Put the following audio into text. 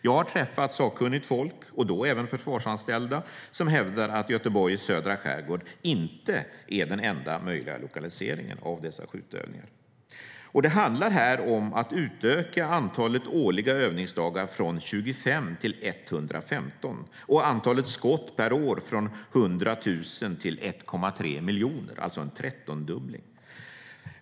Jag har träffat sakkunnigt folk, och då även försvarsanställda, som hävdar att Göteborgs södra skärgård inte är den enda möjliga lokaliseringen av dessa skjutövningar. Det handlar här om att utöka antalet årliga övningsdagar från 25 till 115 och antalet skott per år från 100 000 till 1,3 miljoner, alltså en trettondubbling.